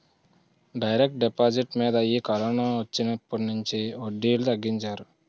direct deposit మీద ఈ కరోనొచ్చినుంచి వడ్డీలు తగ్గించారు